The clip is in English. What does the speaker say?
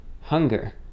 hunger